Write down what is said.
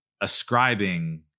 ascribing